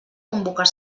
convocar